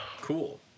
Cool